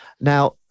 Now